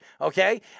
okay